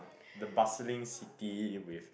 the bustling city with